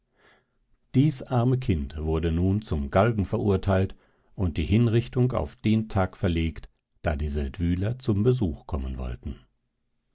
dies arme kind wurde nun zum galgen verurteilt und die hinrichtung auf den tag verlegt da die seldwyler zum besuch kommen wollten